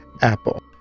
apple